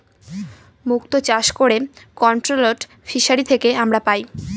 মুক্ত চাষ করে কন্ট্রোলড ফিসারী থেকে আমরা পাই